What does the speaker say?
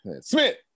Smith